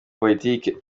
politiki